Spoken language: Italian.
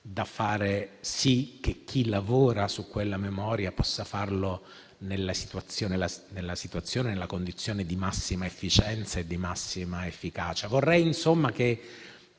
da far sì che chi lavora su quella memoria possa farlo nella condizione di massima efficienza ed efficacia. Vorrei insomma che